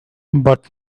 but